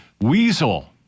Weasel